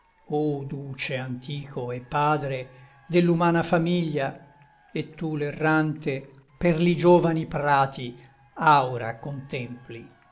o duce antico e padre dell'umana famiglia e tu l'errante per li giovani prati aura contempli